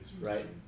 right